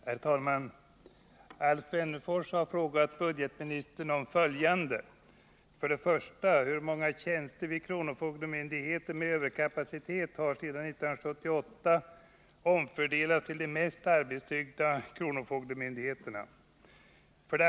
Herr talman! Alf Wennerfors har frågat budgetministern om följande: 1. Hur många tjänster vid kronofogdemyndigheter med överkapacitet har sedan 1978 omfördelats till de mest arbetstyngda kronofogdemyndigheterna? 2.